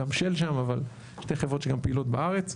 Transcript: גם של שם, אבל שתי חברות שגם פעילות בארץ.